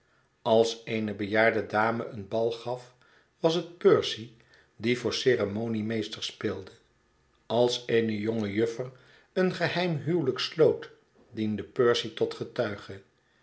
als eene bejaarde dame een bal gaf was het percy die voor ceremoniemeester speelde als eene jonge juffer een geheim huwelijk sloot diende percy tot getuige